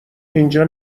اینجا